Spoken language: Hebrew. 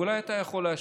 ואולי אתה יכול להשפיע.